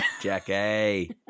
Jackie